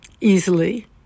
easily